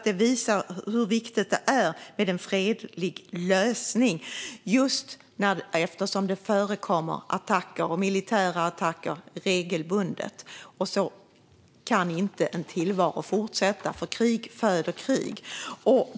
Det visar hur viktigt det är med en fredlig lösning just eftersom det förekommer militära attacker regelbundet. Så kan en tillvaro inte fortsätta, för krig föder krig.